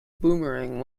boomerang